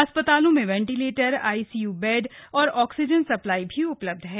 अस्पतालों में ventilator ICU bed और ऑक्सीजन सप्लाई भी उपलब्ध है